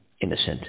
innocent